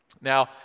Now